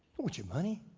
want you money?